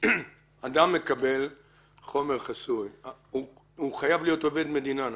אדם שמקבל חומר חסוי הוא חייב להיות עובד מדינה,